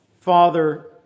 Father